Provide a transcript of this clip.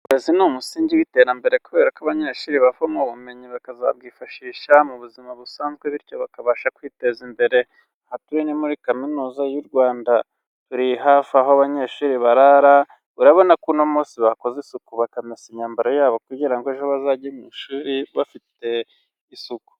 Uburezi ni umusingi w'iterambere kubera ko abanyeshuri bavama ubumenyi bakabwifashisha mu buzima busanzwe bityo bakabasha kwiteza imbere. Aha turi ni muri kaminuza y'u Rwanda turi hafi aho abanyeshuri barara urabona ko mo bakoze isuku bakamesa imyambaro yabo kugira ejo bazajye mu ishuri bafite isuku.